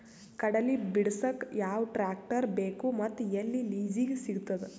ಕಡಲಿ ಬಿಡಸಕ್ ಯಾವ ಟ್ರ್ಯಾಕ್ಟರ್ ಬೇಕು ಮತ್ತು ಎಲ್ಲಿ ಲಿಜೀಗ ಸಿಗತದ?